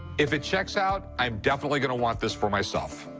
if it checks out, i'm definitely going to want this for myself.